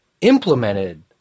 implemented